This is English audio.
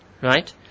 Right